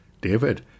David